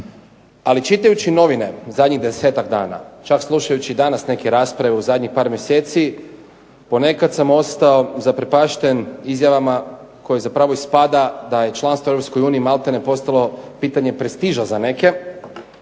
Ali čitajući novine zadnjih 10-ak dana, čak slušajući danas neke rasprave u zadnjih par mjeseci, ponekad sam ostao zaprepašten izjavama koje zapravo ispada da je članstvo u Europskoj uniji maltene postalo pitanje prestiža za neke,